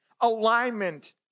alignment